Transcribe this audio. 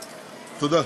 תודה.